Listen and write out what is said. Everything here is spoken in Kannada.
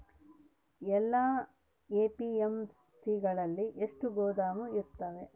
ಎಲ್ಲಾ ಎ.ಪಿ.ಎಮ್.ಸಿ ಗಳಲ್ಲಿ ಎಷ್ಟು ಗೋದಾಮು ಇರುತ್ತವೆ?